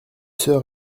sœurs